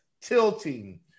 Tilting